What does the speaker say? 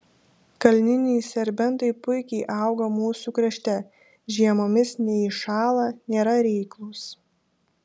kalniniai serbentai puikiai auga mūsų krašte žiemomis neiššąla nėra reiklūs